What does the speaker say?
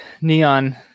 neon